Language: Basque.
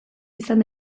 izan